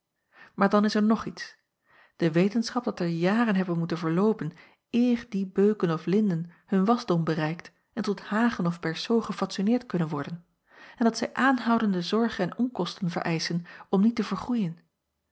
aar dan is er nog iets de wetenschap dat er jaren hebben moeten verloopen eer die beuken of linden hun wasdom bereikt en tot hagen of berceaux gefatsoeneerd kunnen worden en dat zij aanhoudende zorg en onkosten vereischen om niet te vergroeien